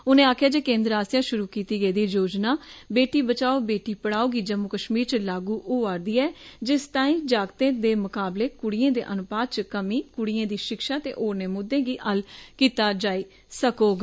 उनें आक्खेआ जे केन्द्र आसेआ षुरू कीती गेदी योजना 'बेटी बचाओ बेटी पढ़ाओ' गी जम्मू कष्मीर च लागू होआ'रदी ऐ जिस तांई जागतें दे मकाबले कुड़ियें दे अनुपात च कमीं कुड़ियें दी षिक्षा ते होरने मुद्दे गी हल कीता जाई सकोग